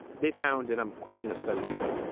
they found and i'm quoting a study here.